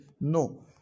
No